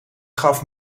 gaf